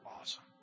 awesome